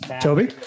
Toby